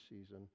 season